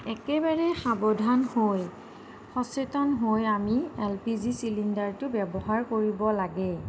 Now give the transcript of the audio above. একেবাৰে সাৱধান হৈ সচেতন হৈ আমি এল পি জি চিলিণ্ডাৰটো ব্যৱহাৰ কৰিব লাগে